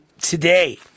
today